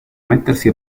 mettersi